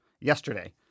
yesterday